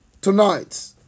tonight